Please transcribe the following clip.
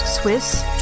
Swiss